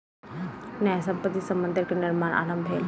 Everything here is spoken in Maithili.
न्यास संपत्ति सॅ मंदिर के निर्माण आरम्भ भेल